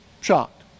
shocked